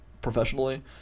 professionally